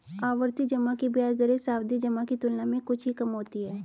आवर्ती जमा की ब्याज दरें सावधि जमा की तुलना में कुछ ही कम होती हैं